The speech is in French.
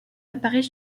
apparait